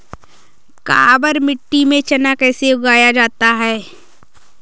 काबर मिट्टी में चना कैसे उगाया जाता है?